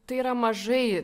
tai yra mažai